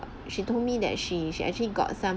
she told me that she she actually got some